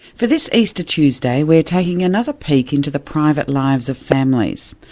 for this easter tuesday we're taking another peak into the private lives of families.